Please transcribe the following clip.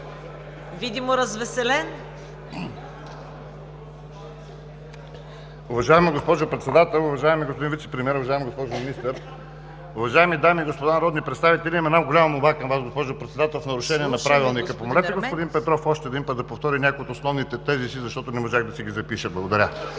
за България): Уважаема госпожо Председател, уважаеми господин Вицепремиер, уважаема госпожо Министър, уважаеми дами и господа народни представители! Имам голяма молба към Вас, госпожо Председател, в нарушение на Правилника. Помолете господин Петров още веднъж да повтори от основните тезиси, защото не можах да си ги запиша. Благодаря.